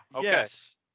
yes